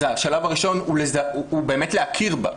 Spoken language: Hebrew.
אז השלב הראשון הוא באמת להכיר בה.